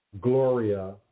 Gloria